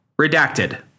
Redacted